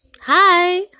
Hi